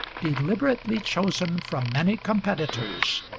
deliberately chosen from many competitors,